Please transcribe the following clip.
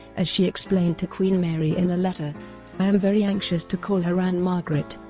as she explained to queen mary in a letter i am very anxious to call her ann margaret,